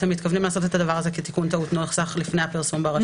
אתם מתכוונים לעשות את הדבר כתיקון טעות נוסח לפני הפרסום ברשומות.